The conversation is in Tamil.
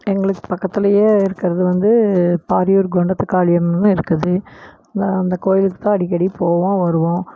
எங்களுக்கு பக்கத்துலேயே இருக்கிறது வந்து பாரியூர் குண்டத்து காளியம்மன் இருக்குது நான் அந்த கோயிலுக்கு தான் அடிக்கடி போவோம் வருவோம்